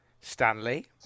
Stanley